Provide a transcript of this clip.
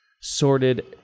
sorted